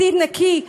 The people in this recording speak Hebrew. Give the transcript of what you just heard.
עתיד נקי,